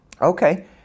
Okay